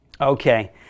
Okay